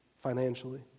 financially